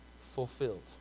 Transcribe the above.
Fulfilled